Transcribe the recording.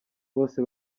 bose